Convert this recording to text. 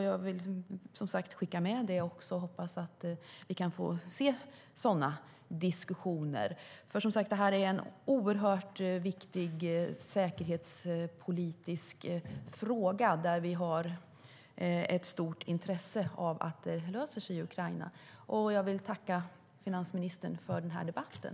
Jag vill skicka med detta och hoppas att det ska bli sådana diskussioner. Det här är en oerhört viktig säkerhetspolitisk fråga där vi har ett stort intresse av att det löser sig i Ukraina. Jag vill tacka finansministern för den här debatten.